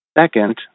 Second